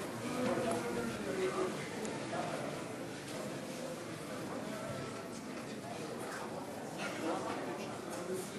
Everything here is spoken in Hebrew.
(חברי הכנסת מכבדים בקימה את צאת נשיא המדינה מאולם המליאה.)